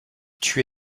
tué